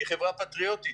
היא חברה פטריוטית,